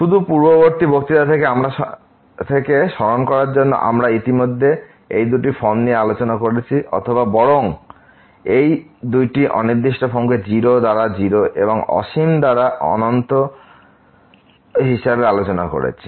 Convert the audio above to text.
শুধু পূর্ববর্তী বক্তৃতা থেকে স্মরণ করার জন্য আমরা ইতিমধ্যেই এই দুটি ফর্ম নিয়ে আলোচনা করেছি অথবা বরং এই দুইটি অনির্দিষ্ট ফর্মকে 0 দ্বারা 0 এবং অসীম বাই অসীম হিসাবে আলোচনা করেছি